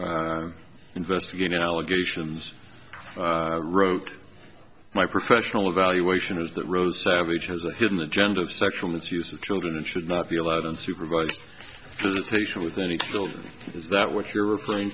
investigating allegations wrote my professional evaluation is that rose savage has a hidden agenda of sexual misuse of children and should not be allowed unsupervised visitation with any children is that what you're referring